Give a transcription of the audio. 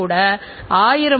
என்ன செய்கிறோம்